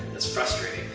it's frustrating.